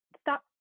stop